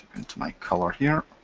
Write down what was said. into my color here,